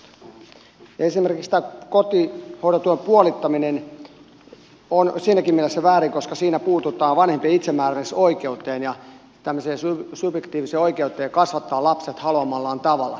esimerkiksi tämä kotihoidon tuen puolittaminen on siinäkin mielessä väärin että siinä puututaan vanhempien itsemääräämisoikeuteen ja tämmöiseen subjektiiviseen oikeuteen kasvattaa lapset haluamallaan tavalla